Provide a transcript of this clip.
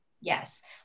Yes